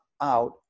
out